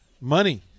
Money